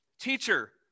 Teacher